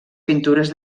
pintures